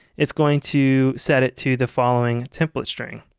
it's going to set it to the following template string.